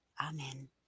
Amen